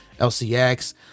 LCX